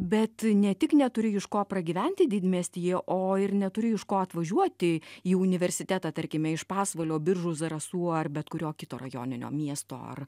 bet ne tik neturi iš ko pragyventi didmiestyje o ir neturi iš ko atvažiuoti į universitetą tarkime iš pasvalio biržų zarasų ar bet kurio kito rajoninio miesto ar